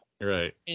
Right